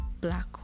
black